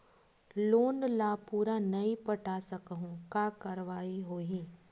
Loan ला पूरा नई पटा सकहुं का कारवाही होही?